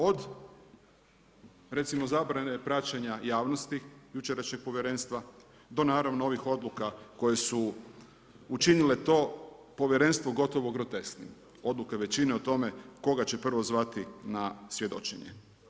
Od recimo zabrane praćenja javnosti jučerašnjeg Povjerenstva do naravno ovih odluka koje su učinile to Povjerenstvo gotovo grotesknim, oduka većine o tome koga će prvo zvati na svjedočenje.